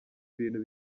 bintu